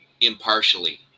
impartially